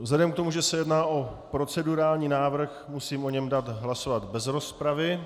Vzhledem k tomu, že se jedná o procedurální návrh, musím o něm dát hlasovat bez rozpravy.